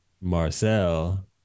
Marcel